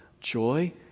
joy